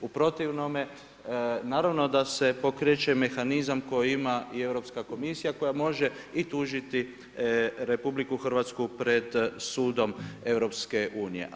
U protivnome naravno da se pokreće mehanizam koji ima i Europska komisija koja može i tužiti RH pred sudom EU.